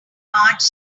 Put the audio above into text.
marge